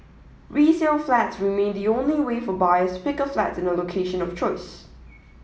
resale flats remain the only way for buyers to pick a flat in a location of choice